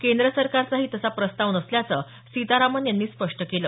केंद्र सरकारचाही तसा प्रस्ताव नसल्याचं सीतारामन यांनी स्पष्ट केलं